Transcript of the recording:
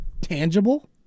tangible